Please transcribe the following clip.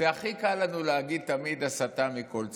הכי קל לנו להגיד תמיד "הסתה מכל צד".